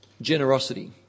Generosity